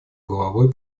головой